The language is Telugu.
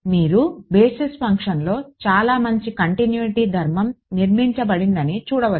మీరు బేసిస్ ఫంక్షన్లో చాలా మంచి కంటిన్యూటీ ధర్మం నిర్మించబడిందని చూడవచ్చు